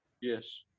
Yes